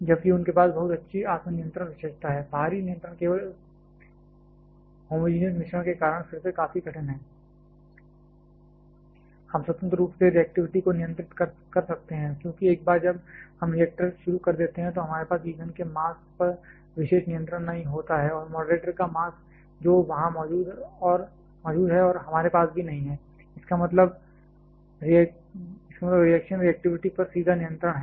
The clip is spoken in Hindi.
जबकि उनके पास बहुत अच्छी आत्म नियंत्रण विशेषता है बाहरी नियंत्रण केवल उस होमोजेनियस मिश्रण के कारण फिर से काफी कठिन है हम स्वतंत्र रूप से रिएक्टिविटी को नियंत्रित नहीं कर सकते हैं क्योंकि एक बार जब हम रिएक्टर शुरू कर देते हैं तो हमारे पास ईंधन के मास पर विशेष नियंत्रण नहीं होता है और मॉडरेटर का मास जो वहां मौजूद है और हमारे पास भी नहीं है इसका मतलब रिएक्शन रिएक्टिविटी पर सीधा नियंत्रण है